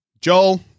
Joel